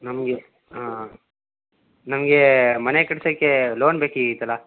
ನಮಗೆ ಹಾಂ ನಮಗೆ ಮನೆ ಕಟ್ಸೋಕ್ಕೆ ಲೋನ್ ಬೇಕಾಯಿತ್ತಲ್ಲ